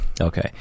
Okay